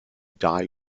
dye